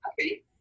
Okay